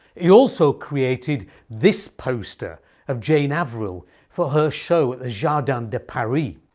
he also created this poster of jane avril for her show at the jardin de paris.